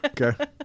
Okay